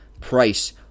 Price